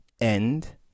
end